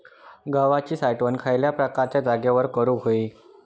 गव्हाची साठवण खयल्या प्रकारच्या जागेत करू होई?